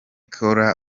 kōra